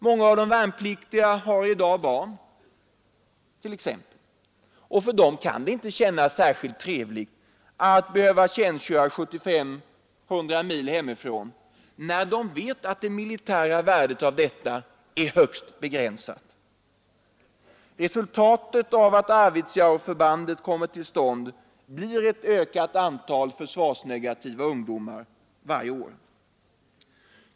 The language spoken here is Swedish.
Många av de värnpliktiga har i dag barn t.ex., och för dem kan det inte kännas särskilt trevligt att behöva tjänstgöra 75—100 mil hemifrån, när de vet att det militära värdet av detta är högst begränsat. Resultatet av att Arvidsjaurförbandet kommer till stånd blir ett ökat antal försvarsnegativa ungdomar varje år.